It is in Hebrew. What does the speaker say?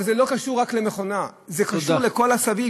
זה לא קשור רק למכונה, זה קשור לכל מה שמסביב.